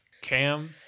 Cam